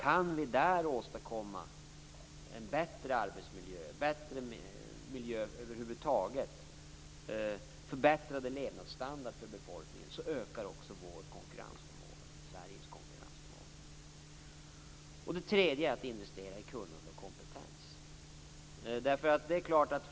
Kan vi där åstadkomma en bättre arbetsmiljö och en bättre miljö över huvud taget, en förbättrad levnadsstandard för befolkningen, ökar också Sveriges konkurrensförmåga. Den tredje frågan gäller investeringar i kunnande och kompetens.